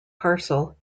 parcel